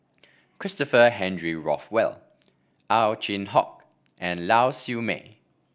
Christopher Henry Rothwell Ow Chin Hock and Lau Siew Mei